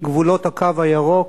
גבולות "הקו הירוק".